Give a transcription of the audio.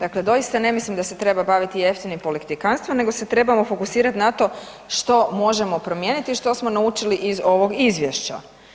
Dakle, doista ne mislim da se treba baviti jeftinim politikantstvom nego se trebamo fokusirati na to što možemo promijeniti, što smo naučili iz ovog izvješća.